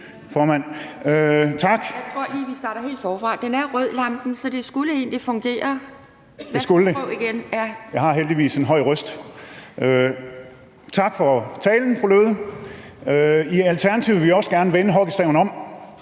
Tak for talen, fru Sophie Løhde. I Alternativet vil vi også gerne vende hockeystaven om,